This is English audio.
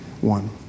one